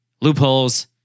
loopholes